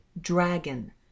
dragon